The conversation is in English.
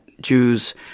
Jews